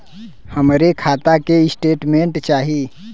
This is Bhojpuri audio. हमरे खाता के स्टेटमेंट चाही?